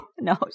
No